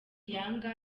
yanga